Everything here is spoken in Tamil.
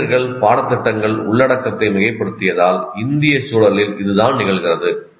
ஆசிரியர்கள் பாடத்திட்டங்கள் உள்ளடக்கத்தை மிகைப்படுத்தியதால் இந்திய சூழலில் இதுதான் நிகழ்கிறது